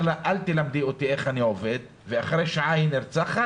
לה 'אל תלמדי אותי איך אני עובד' ואחרי שעה היא נרצחת,